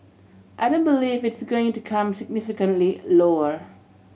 I don't believe it's going to come significantly a lower